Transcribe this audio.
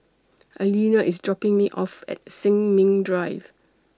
Alena IS dropping Me off At Sin Ming Drive